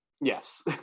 Yes